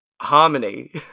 harmony